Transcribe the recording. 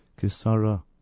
Kisara